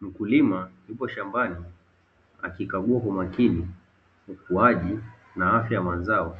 Mkulima yupo shambani akikagua kwa umakini ukuaji na afya ya mazao